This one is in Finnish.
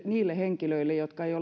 niille henkilöille jotka eivät